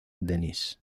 denis